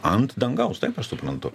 ant dangaus taip aš suprantu